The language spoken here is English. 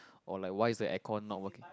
oh like why is the air con not working